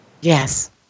Yes